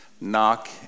knock